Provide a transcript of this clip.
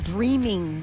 Dreaming